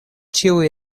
ĉiuj